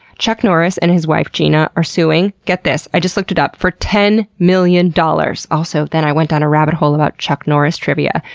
chuck norris and his wife gena are suing get this i just looked it up for ten million dollars! also, then i went down a rabbit hole about chuck norris trivia.